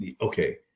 Okay